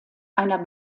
einer